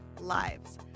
lives